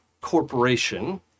Corporation